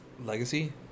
Legacy